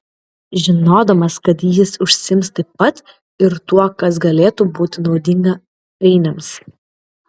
žinodamas kad jis užsiims taip pat ir tuo kas galėtų būti naudinga ainiams